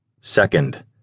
Second